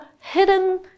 hidden